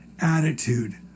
attitude